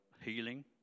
healing